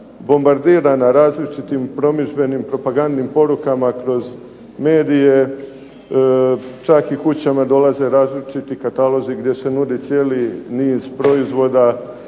bombardirana različitim promidžbenim propagandnim porukama kroz medije, čak i kućama dolaze različiti katalozi gdje se nudi cijeli niz proizvoda